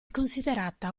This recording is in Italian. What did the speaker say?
considerata